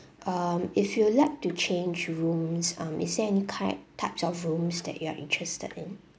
um if you would like to change rooms um is there any kind types of rooms that you are interested in